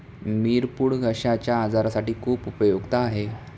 मिरपूड घश्याच्या आजारासाठी खूप उपयुक्त आहे